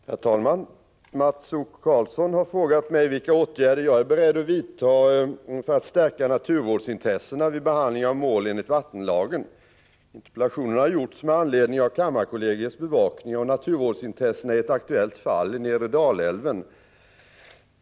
Herr talman! Mats O Karlsson har frågat mig vilka åtgärder jag är beredd att vidta för att stärka naturvårdsintressena vid behandling av mål enligt vattenlagen. Interpellationen har framställts med anledning av kammarkollegiets bevakning av naturvårdsintressena i ett aktuellt fall i nedre Dalälven.